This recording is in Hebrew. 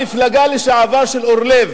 המפלגה לשעבר של אורלב,